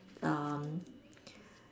um